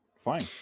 Fine